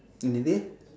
is it